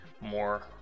more